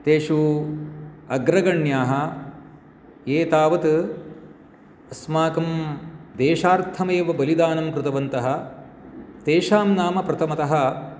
तेषु अग्रगण्याः ये तावत् अस्माकं देशार्थम् एव बलिदानं कृतवन्तः तेषां नाम प्रथमतः